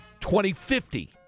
2050